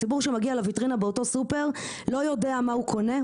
הציבור שמגיע לוויטרינה באותו סופר לא יודע מה הוא קונה,